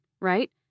right